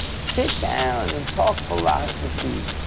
sit down and talk philosophy,